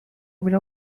میرن